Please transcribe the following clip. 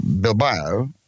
Bilbao